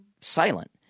silent